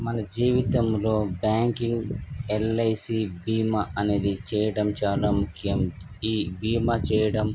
మన జీవితంలో banking LIC బీమా అనేది చేయటం చాలా ముఖ్యం ఈ బీమా చేయడం